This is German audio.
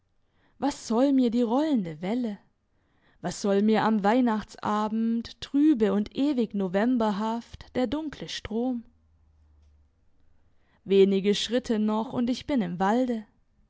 was soll mir die rollende welle was soll mir am weihnachtsabend trübe und ewig novemberhaft der dunkle strom wenige schritte noch und ich bin im walde